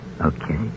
Okay